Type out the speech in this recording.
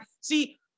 see